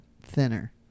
Thinner